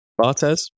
Bartes